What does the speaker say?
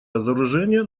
разоружения